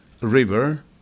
river